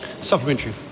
Supplementary